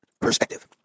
perspective